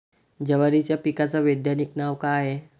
जवारीच्या पिकाचं वैधानिक नाव का हाये?